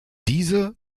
diese